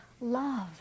love